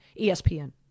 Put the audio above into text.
ESPN